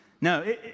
No